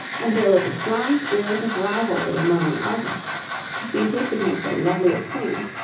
and there was a strong spirit of rivalry among the artists to see who could make the loveliest things,